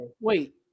Wait